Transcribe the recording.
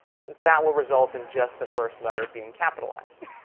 since that will result in just the first letter being capitalized.